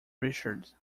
richard